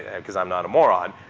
and because i'm not a moron,